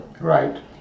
Right